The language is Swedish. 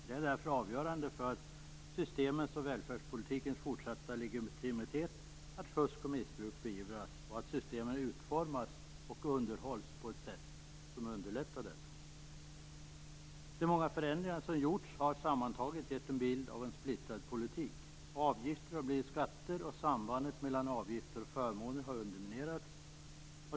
Det är därför avgörande för systemens och välfärdspolitikens fortsatta legitimitet att fusk och missbruk beivras, och att systemen utformas och underhålls på ett sätt som underlättar detta. De många förändringar som gjorts har sammantaget gett en bild av en splittrad politik. Avgifter har blivit skatter, och sambandet mellan avgifter och förmåner har underminerats.